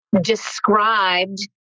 described